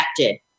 affected